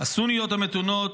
הסוניות המתונות,